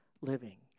living